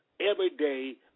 everyday